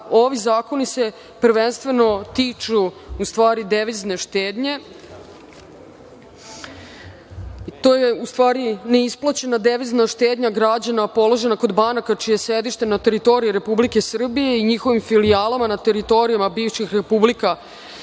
ovi zakoni se prvenstveno tiču devizne štednje. To je neisplaćena devizna štednja građana položena kod banaka čije je sedište na teritoriji Republike Srbije i njihovim filijalama na teritorijama bivših republika